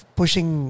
pushing